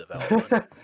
development